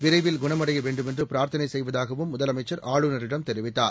விரைவில் குணமடைய வேண்டுமென்று பிராா்த்தனை செய்வதாகவும் முதலமைச்சா் ஆளுநரிடம் தெரிவித்தார்